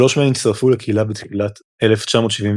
שלוש מהן הצטרפו לקהילה בתחילת 1973,